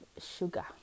sugar